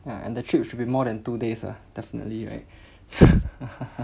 ya and the trip should be more than two days ah definitely right